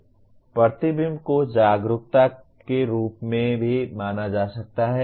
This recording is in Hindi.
प्रतिबिंब को जागरूकता के रूप में भी माना जा सकता है